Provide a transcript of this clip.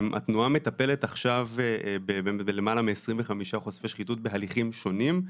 התנועה מטפלת עכשיו במעל ל-25 חושפי שחיתות בהליכים שונים,